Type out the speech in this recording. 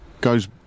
goes